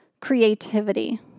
creativity